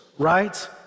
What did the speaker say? right